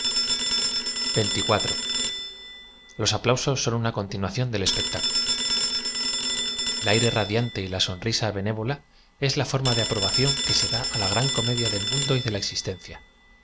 os aplausos son una eoniintiacién dél tsptt iculo el aíre radiante y la sonrisa benévola es la forma de aprobación que ae da á la gran comedia del mundo y de la existencia